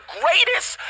greatest